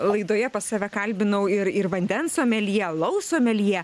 laidoje pas save kalbinau ir ir vandens someljė alaus someljė